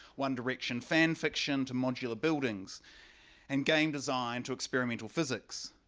one direction fan fiction to modular buildings and game design to experimental physics.